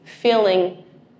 feeling